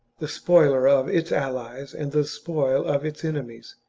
the spoiler of its allies and the spoil of its enemies,